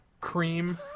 cream